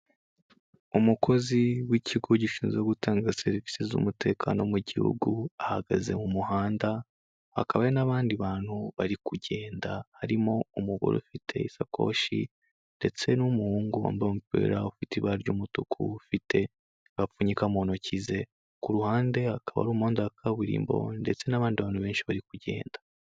Umukozi w'ikigo gishinzwe gutanga serivisi z'umutekano mu gihugu, ahagaze mu muhanda, hakaba hari n'abandi bantu bari kugenda, harimo umugore ufite isakoshi ndetse n'umuhungu wambaye umupira ufite ibara ry'umutuku, ufite agapfunyika mu ntoki ze, ku ruhande hakaba hari umuhanda wa kaburimbo ndetse n'abandi bantu benshi bari kugenda.